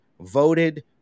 voted